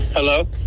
Hello